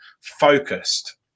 focused